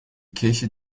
kirche